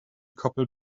koppel